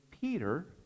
Peter